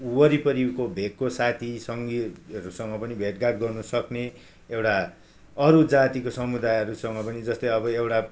वरिपरिको भेकको साथीसँगीहरूसँग पनि भेटघाट गर्नसक्ने एउटा अरू जातिको समुदायहरूसँग पनि जस्तै अब एउटा